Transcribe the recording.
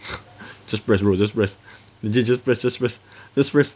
just press bro just press ming jie just press just press just press